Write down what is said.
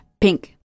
Pink